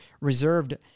reserved